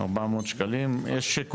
כתוב 400 שקלים, בסדר.